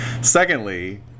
Secondly